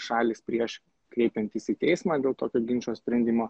šalys prieš kreipiantis į teismą dėl tokio ginčo sprendimo